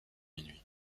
minuit